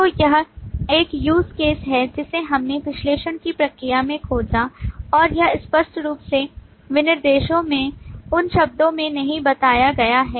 तो यह एक use case है जिसे हमने विश्लेषण की प्रक्रिया में खोजा और यह स्पष्ट रूप से विनिर्देशों में उन शब्दों में नहीं बताया गया है